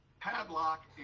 padlock